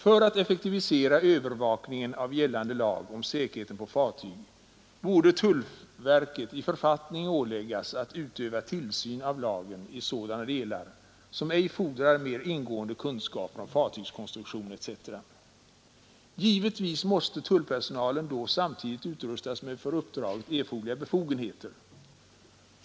För att effektivisera övervakningen av gällande lag om säkerheten på fartyg borde tullverket i författning åläggas att utöva tillsyn av lagen i sådana delar som ej fordrar mer ingående kunskaper om fartygskonstruktion etc. Givetvis måste tullpersonalen då samtidigt utrustas med för uppdraget erforderliga befogenheter.